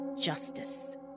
justice